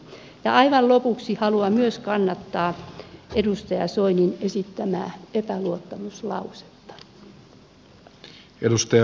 aivan lopuksi haluan myös kannattaa edustaja soinin esittämää epäluottamuslausetta